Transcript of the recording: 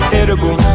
edible